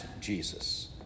jesus